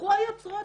התהפכו היוצרות.